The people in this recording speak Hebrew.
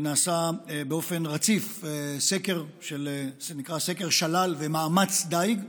נעשה באופן רציף סקר שנקרא "סקר שלל ומאמץ דיג".